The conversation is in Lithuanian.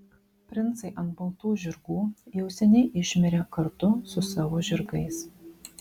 princai ant baltų žirgų jau seniai išmirė kartu su savo žirgais